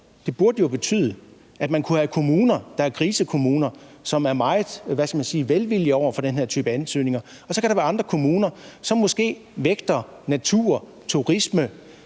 det burde jo betyde, at man kunne have kommuner, der var grisekommuner, og som var meget velvillige over for den her type ansøgninger, og at der så kunne være andre kommuner, som måske vægtede natur, turisme,